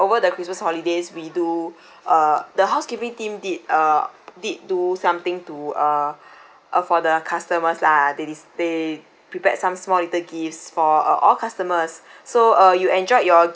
christmas holidays we do uh the housekeeping team did uh did do something to uh uh for the customers lah they they they prepared some small little gifts for uh all customers so uh you enjoyed your gift